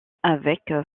avec